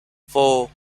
four